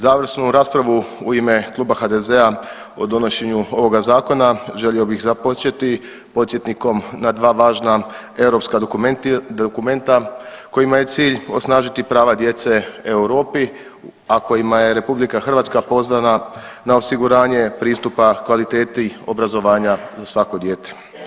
Završnu raspravu u ime Kluba HDZ-a o donošenju ovoga zakona želio bih započeti podsjetnikom na dva važna europska dokumenta kojima je cilj osnažiti prava djece u Europi, a kojima je RH pozvana na osiguranje pristupa kvaliteti obrazovanja za svako dijete.